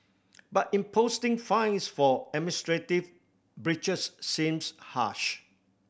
but imposing fines for administrative breaches seems harsh